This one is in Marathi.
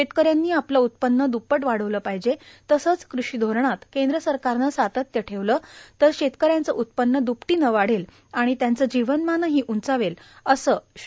शेतकऱ्यानी आपलं उत्पन्न द्रप्पट वाढवलं पाहीजे तसंच कृषीधोरणात केंद्र सरकारनं सातत्य ठेवलं तर शेतकऱ्याचं उत्पन्न द्रप्पटी वाढेल आणि त्यांचं जीवनमान ही उंचावेल असं ही श्री